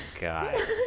god